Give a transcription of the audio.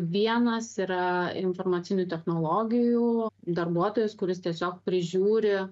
vienas yra informacinių technologijų darbuotojas kuris tiesiog prižiūri